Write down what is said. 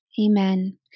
Amen